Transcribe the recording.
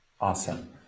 Awesome